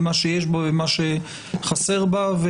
במה שיש בה ובמה שחסר בה,